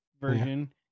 version